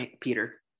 Peter